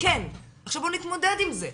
כן, עכשיו בואו נתמודד עם זה.